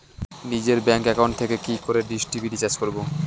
নিজের bank account থেকে কি করে ডিশ টি.ভি রিচার্জ করবো?